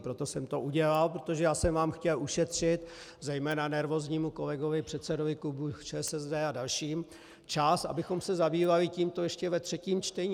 Proto jsem to udělal, protože já jsem vám chtěl ušetřit, zejména nervóznímu kolegovi předsedovi klubu ČSSD a dalším, čas, abychom se zabývali tímto ještě ve třetím čtení.